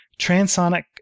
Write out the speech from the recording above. transonic